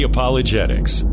Apologetics